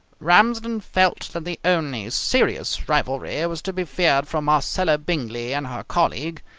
ramsden felt that the only serious rivalry was to be feared from marcella bingley and her colleague,